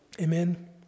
Amen